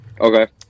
Okay